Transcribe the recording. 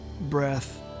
breath